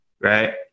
Right